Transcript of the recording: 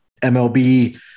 MLB